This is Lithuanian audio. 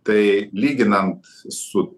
tai lyginant su